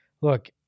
Look